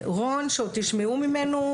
רון שעוד תשמעו ממנו,